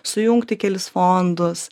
sujungti kelis fondus